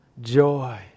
joy